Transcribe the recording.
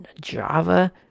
Java